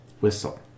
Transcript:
whistle